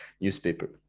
newspaper